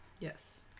yes